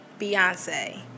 Beyonce